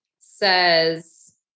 says